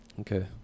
okay